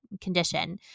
condition